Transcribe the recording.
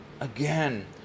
again